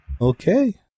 okay